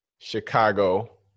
chicago